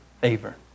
favor